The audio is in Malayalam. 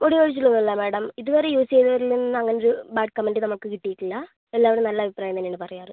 മുടി കൊഴിച്ചിലൊന്നും ഇല്ല മാഡം ഇത് വരെ യൂസ് ചെയ്തവരിൽ നിന്ന് അങ്ങനെ ഒരു ബാഡ് കമൻറ്റ് നമുക്ക് കിട്ടീട്ടില്ലാ എല്ലാവരും നല്ല അഭിപ്രായം തന്നെയാണ് പറയാറ്